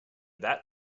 that